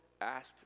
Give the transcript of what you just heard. asked